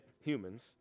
humans